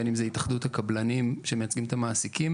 בין אם זה התאחדות הקבלנים שמייצגים את המעסיקים